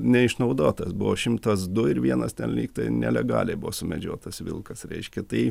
neišnaudotas buvo šimtas du ir vienas ten lyg tai nelegaliai buvo sumedžiotas vilkas reiškia tai